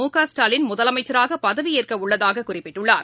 முகஸ்டாலின் முதலமைச்சராக பதவியேற்கவுள்ளதாக குறிப்பிட்டுள்ளார்